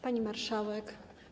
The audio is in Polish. Pani Marszałek!